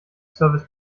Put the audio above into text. service